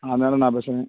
அதனால நான் பேசுறேன்